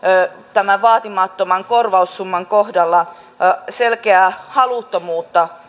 tämän vaatimattoman korvaussumman kohdalla selkeää haluttomuutta